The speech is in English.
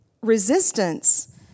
resistance